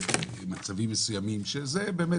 על מצבים מסוים שזה באמת,